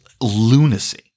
lunacy